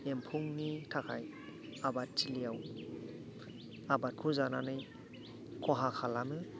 एम्फौनि थाखाय आबादथिलियाव आबादखौ जानानै खहा खालामो